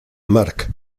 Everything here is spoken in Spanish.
mark